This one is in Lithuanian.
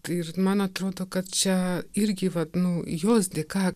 tai ir man atrodo kad čia irgi vat nu jos dėka